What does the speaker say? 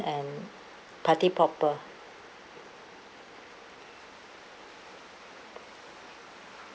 and party popper